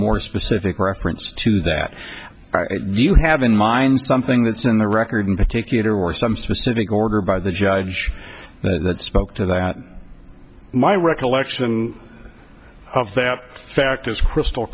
more specific reference to that you have in mind something that's in the record particular or some specific order by the judge that spoke to that my recollection if they have the fact is crystal